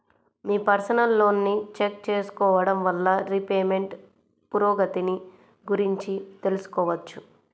మీ personal లోన్ని check చేసుకోడం వల్ల రీపేమెంట్ పురోగతిని గురించి తెలుసుకోవచ్చు